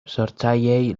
sortzaileei